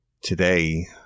Today